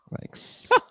thanks